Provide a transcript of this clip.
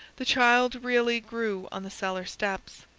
the child really grew on the cellar steps.